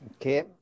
Okay